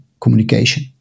communication